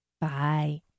Bye